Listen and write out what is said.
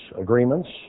agreements